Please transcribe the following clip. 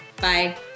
Bye